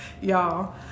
y'all